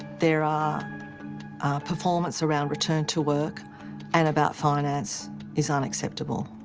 there are performance around return to work and about finance is unacceptable,